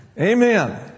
Amen